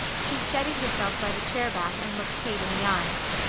she steadied herself by the chair back and looked kate in the eyes.